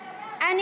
לא,